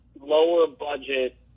lower-budget